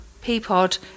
Peapod